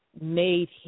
made